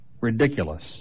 Ridiculous